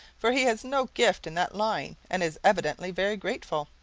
for he has no gift in that line, and is evidently very grateful.